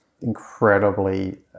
incredibly